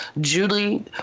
Julie